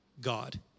God